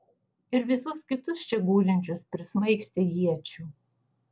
ir visus kitus čia gulinčius prismaigstė iečių